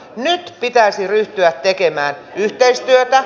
nyt pitäisi ryhtyä tekemään yhteistyötä